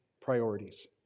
priorities